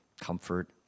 comfort